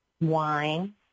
Wine